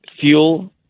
fuel